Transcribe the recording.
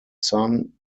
son